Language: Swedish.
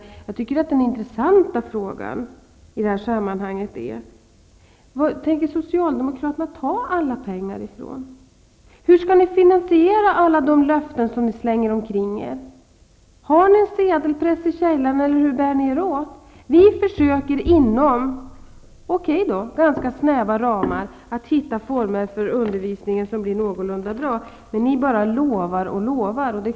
Men jag tycker att den intressanta frågan i det här sammanhanget är varifrån socialdemokraterna tänker ta alla pengar. Hur skall ni finansiera alla löften som ni slänger omkring er? Har ni en sedelpress i någon källare, eller hur bär ni er åt? Vi försöker att inom gällande ramar -- låt vara att de är ganska snäva -- finna någorlunda bra former för undervisningen. Ni däremot bara lovar och lovar.